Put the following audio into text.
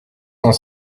cent